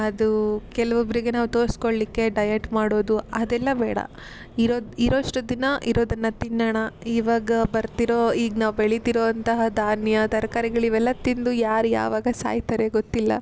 ಅದು ಕೆಲವೊಬ್ರಿಗೆ ನಾವು ತೋರಿಸ್ಕೊಳ್ಳಿಕ್ಕೆ ಡಯೆಟ್ ಮಾಡೋದು ಅದೆಲ್ಲ ಬೇಡ ಇರೋದು ಇರೋಷ್ಟು ದಿನ ಇರೋದನ್ನು ತಿನ್ನೋಣ ಇವಾಗ ಬರ್ತಿರೋ ಈಗ ನಾವು ಬೆಳಿತಿರೊ ಅಂತಹ ಧಾನ್ಯ ತರ್ಕಾರಿಗಳು ಇವೆಲ್ಲ ತಿಂದು ಯಾರು ಯಾವಾಗ ಸಾಯ್ತಾರೆ ಗೊತ್ತಿಲ್ಲ